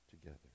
together